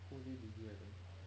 whole day busy I think